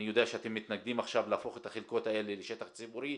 אני יודע שאתם מתנגדים עכשיו להפוך את החלקות האלה לשטח ציבורי.